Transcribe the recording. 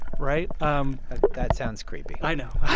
right? um ah that sounds creepy i know.